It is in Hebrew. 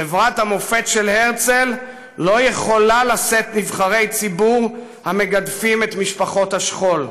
חברת המופת של הרצל לא יכולה לשאת נבחרי ציבור המגדפים את משפחות השכול,